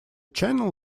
channel